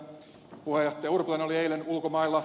puheenjohtaja urpilainen oli eilen ulkomailla